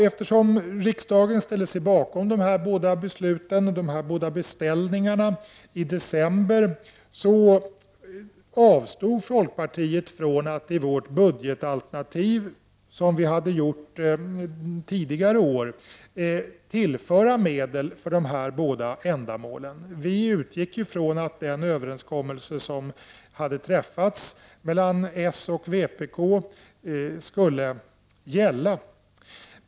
Eftersom riksdagen i december ställde sig bakom dessa båda beställningar avstod vi i folkpartiet från att i vårt budgetalternativ tillföra medel för dessa båda ändamål, vilket vi hade gjort tidigare år. Vi utgick från att den överenskommelse som hade träffats mellan socialdemokraterna och vpk skulle gälla.